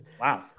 Wow